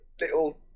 little